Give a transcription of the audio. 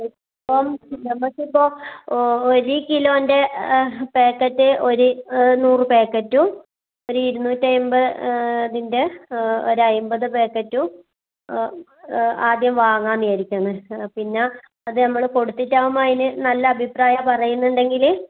ഇപ്പം നമുക്കിപ്പം ഒര് കിലോൻ്റെ പായ്ക്കറ്റ് ഒര് നൂറ് പായ്ക്കറ്റും ഒര് ഇരുന്നൂറ്റമ്പതിൻ്റെ ഒരു അമ്പത് പായ്ക്കറ്റും ആദ്യം വങ്ങാമെന്നു വിചാരിക്കുന്നു പിന്നെ അത് നമ്മള് കൊടുത്തിട്ടാകുമ്പോൾ അതിന് നല്ല അഭിപ്രായമാണ് പറയുന്നുണ്ടെങ്കില്